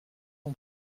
son